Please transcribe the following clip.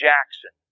Jackson